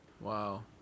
Wow